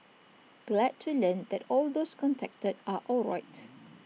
glad to learn that all those contacted are alright